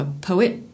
poet